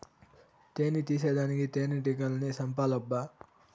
తేని తీసేదానికి తేనెటీగల్ని సంపాలబ్బా